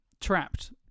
Trapped